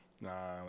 Nah